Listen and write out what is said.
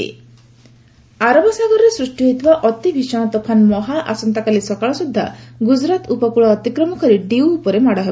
cyclone ଆରବ ସାଗରେ ସୃଷ୍ଟି ହୋଇଥିବା ଅତି ଭୀଷଣ ତୋଫାନ୍ ମହା ଆସନ୍ତାକାଲି ସକାଳ ସୁଦ୍ଧା ଗୁଜୁରାଟ୍ ଉପକୃଳ ଅତିକ୍ରମ କରି ଡିୟୁ ଉପରେ ମାଡ଼ ହେବ